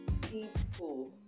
People